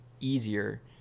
easier